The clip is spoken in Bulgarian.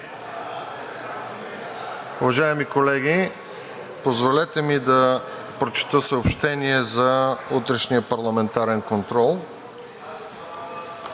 Уважаеми колеги, позволете ми да прочета съобщение за утрешния парламентарен контрол